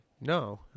no